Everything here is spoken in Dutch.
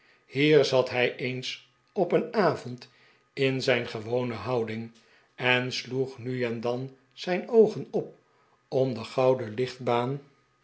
hier zat hij eens op een avpnd in zijn gewone houding en sloeg nu en dan zijn oogen op om de gouden